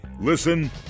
Listen